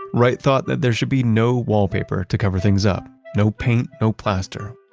wright thought that there should be no wallpaper to cover things up. no paint, no plaster,